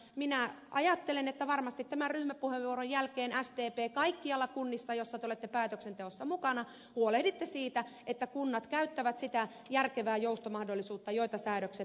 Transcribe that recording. minä ajattelen että varmasti tämän ryhmäpuheenvuoron jälkeen te sdp kaikkialla kunnissa joissa olette päätöksenteossa mukana huolehditte siitä että kunnat käyttävät sitä järkevää joustomahdollisuutta jota säädökset niille antavat